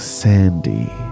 sandy